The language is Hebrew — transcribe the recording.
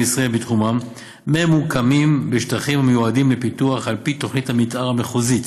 ישראל בתחומם ממוקמים בשטחים המיועדים לפיתוח על פי תוכנית המתאר המחוזית